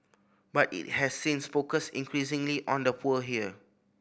but it has since focused increasingly on the poor here